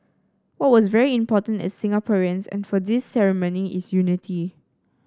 what was very important as Singaporeans and for this ceremony is unity